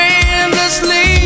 endlessly